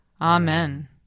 Amen